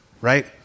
Right